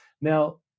now